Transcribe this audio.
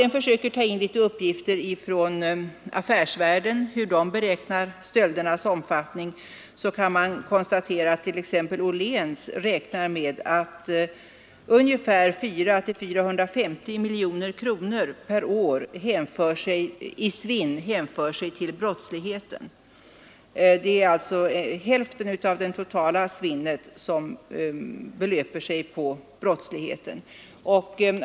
När det gäller uppgifter om stöldernas omfattning inom affärsvärlden kan man konstatera, att t.ex. Åhléns räknar med att ungefär 400-450 miljoner kronor per år i svinn hänför sig till brottsligheten. Hälften av det totala svinnet belöper sig på brottsligheten.